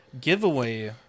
giveaway